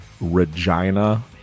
Regina